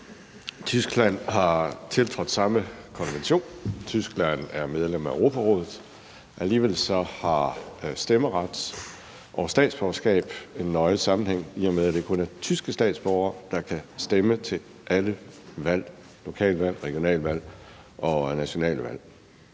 Tyskland har tiltrådt samme konvention. Tyskland er medlem af Europarådet. Alligevel har stemmeret og statsborgerskab en nøje sammenhæng, i og med at det kun er tyske statsborgere, der kan stemme til alle valg – lokalvalg, regionalvalg og nationale valg.